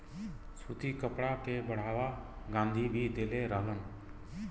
सूती कपड़ा के बढ़ावा गाँधी भी देले रहलन